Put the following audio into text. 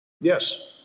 Yes